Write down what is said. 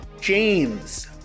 James